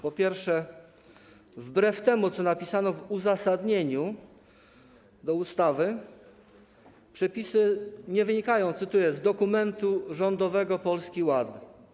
Po pierwsze, wbrew temu, co napisano w uzasadnieniu ustawy, przepisy nie wynikają - cytuję - z dokumentu rządowego Polski Ład.